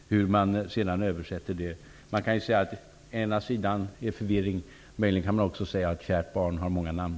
Å ena sidan råder det förvirring, å andra sidan kan man möjligen säga att kärt barn har många namn.